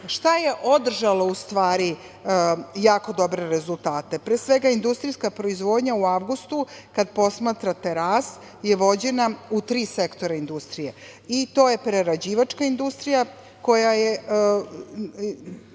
Šta je održalo u stvari jako dobre rezultate? Pre svega, industrijska proizvodnja, u avgustu kada posmatrate rast, je vođena u tri sektora industrije, a to su prerađivačka industrija koja je